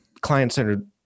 Client-centered